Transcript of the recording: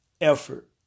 effort